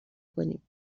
کنیم